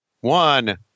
One